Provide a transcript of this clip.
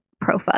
pro